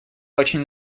очень